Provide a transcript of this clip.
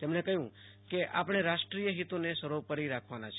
તેમણે કહ્યું કે આપણે રાષ્ટ્રીય હિતોને સર્વોપરી રાખવાના છે